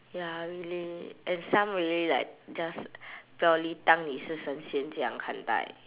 ya really and some really like just 表里当你是神仙这样看待